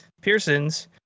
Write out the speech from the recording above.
Pearsons